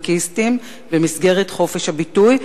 טוקבקיסטים במסגרת חופש הביטוי.